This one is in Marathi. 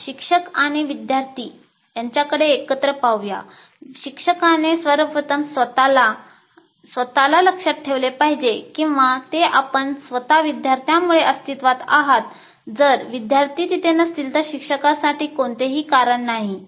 चला शिक्षक आणि विद्यार्थी एकत्र पाहू शिक्षकाने सर्वप्रथम स्वतःला स्वतःला लक्षात ठेवले पाहिजे किंवा ते आपण स्वतः विद्यार्थ्यांमुळे अस्तित्वात आहात जर विद्यार्थी तिथे नसतील तर शिक्षकांसाठी कोणतेही कारण नाही